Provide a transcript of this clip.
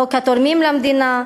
חוק התורמים למדינה,